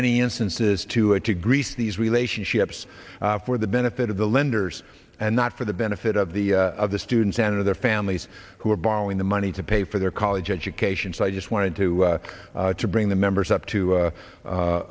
many instances to it to grease these relationships for the benefit of the lenders and not for the benefit of the of the students and their families who are borrowing the money to pay for their college education so i just wanted to to bring the members up to